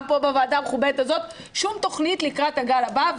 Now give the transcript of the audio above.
גם פה בוועדה המכובדת הזאת שום תוכנית לקראת הגל הבא,